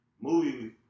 movie